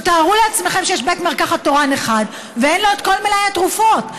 תארו לעצמכם שיש בית מרקחת תורן אחד ואין לו את כל מלאי התרופות.